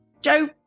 Joe